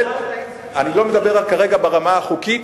אני לא מדבר כרגע ברמה החוקית.